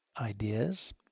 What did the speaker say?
ideas